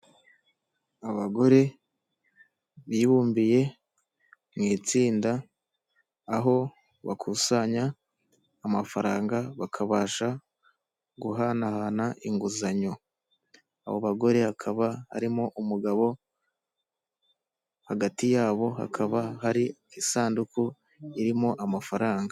Abagore bibumbiye mu itsinda, aho bakusanya amafaranga bakabasha guhanahana inguzanyo. Abo bagore hakaba harimo umugabo, hagati yabo hakaba hari isanduku irimo amafaranga.